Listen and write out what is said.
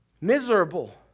miserable